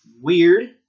weird